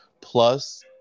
plus